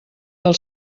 del